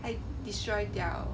destroy their